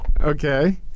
okay